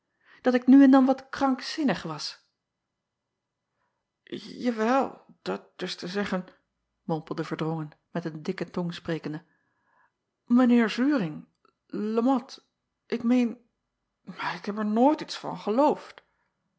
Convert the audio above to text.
dat ik nu en dan wat krankzinnig was awel dat is te zeggen mompelde erdrongen met een dikke tong sprekende mijn eer uring e at ik meen maar ik heb er nooit iets van geloofd